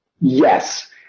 Yes